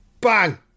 Bang